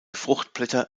fruchtblätter